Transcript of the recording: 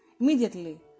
immediately